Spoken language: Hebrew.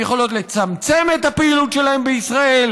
הן יכולות לצמצם את הפעילות שלהן בישראל,